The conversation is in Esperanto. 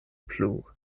plu